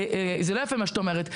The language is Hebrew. זה לא יפה, מה שאת אומרת.